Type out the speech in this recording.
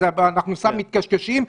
אז אנחנו סתם מתקשקשים.